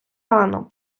рано